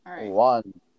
one